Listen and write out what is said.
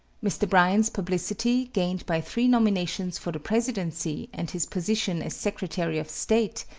mr. bryan's publicity, gained by three nominations for the presidency and his position as secretary of state,